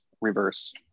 reverse